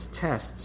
tests